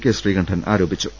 K Sreekantan ആരോപിച്ചു